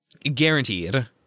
Guaranteed